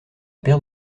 paire